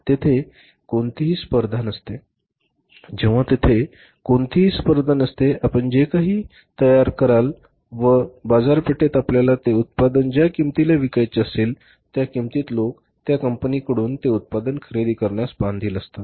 तेथे कोणतीही स्पर्धा नसते जेव्हा तेथे कोणतीही स्पर्धा नसते आपण जे काही कचरा तयार कराल व बाजारपेठेत आपल्याला ते उत्पादन ज्या किंमतीला विकायचे असेल त्या किंमतीत लोक त्या कंपनीकडून ते उत्पादन खरेदी करण्यास बांधील असतात